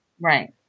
right